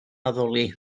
addoli